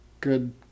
good